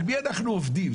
על מי אנחנו עובדים?